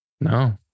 No